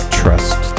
trust